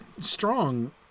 strong